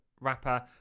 rapper